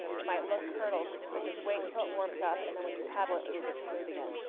it might look curdled, but just wait until it warms up and then when you paddle it'll get smooth again,